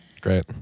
Great